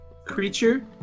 Creature